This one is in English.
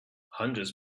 hundreds